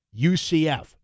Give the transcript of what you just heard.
UCF